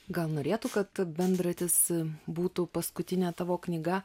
gal norėtų kad bendratis būtų paskutinė tavo knyga